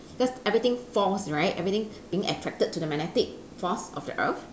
because everything falls right everything being attracted to the magnetic force of the earth